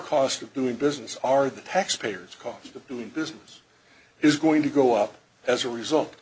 cost of doing business are the taxpayers cost of doing business is going to go up as a result